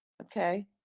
okay